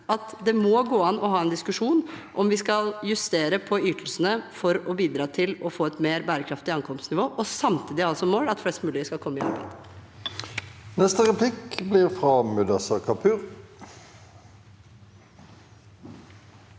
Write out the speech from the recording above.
at det må gå an å ha en diskusjon om vi skal justere på ytelsene for å bidra til å få et mer bærekraftig ankomstnivå og samtidig ha som mål at flest mulig skal komme i havn.